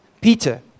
Peter